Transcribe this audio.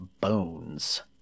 Bones